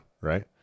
right